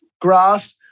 grass